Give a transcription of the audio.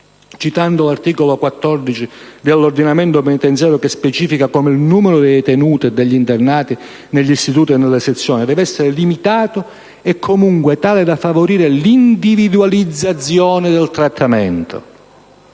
citando l'articolo 14 dell'ordinamento penitenziario che specifica come «il numero dei detenuti e degli internati negli istituti e nelle sezioni deve essere limitato e, comunque, tale da favorire l'individualizzazione del trattamento».